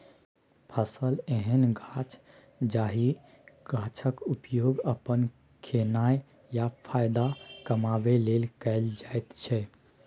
फसल एहन गाछ जाहि गाछक उपयोग अपन खेनाइ या फाएदा कमाबै लेल कएल जाइत छै